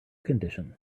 condition